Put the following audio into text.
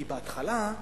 כי בהתחלה,